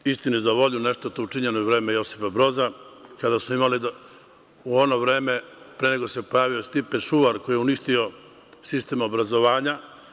Istini za volju, nešto je tu učinjeno i za vreme Josipa Broza, kada smo imali, u ono vreme, pre nego što se pojavio Stipe Šuvar, koji je uništio sistem obrazovanja.